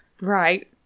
right